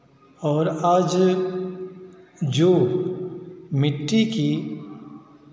और आज जो मिट्टी की